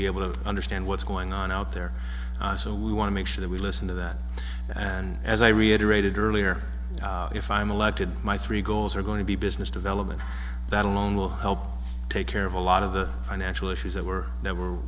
be able to understand what's going on out there so we want to make sure that we listen to that and as i reiterated earlier if i'm elected my three goals are going to be business development that alone will help take care of a lot of the financial issues that were there were